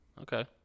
Okay